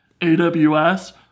AWS